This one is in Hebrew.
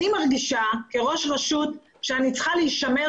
אני מרגישה כראש רשות שאני צריכה להישמר